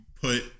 put